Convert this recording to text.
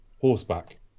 horseback